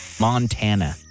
Montana